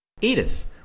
Edith